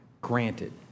granted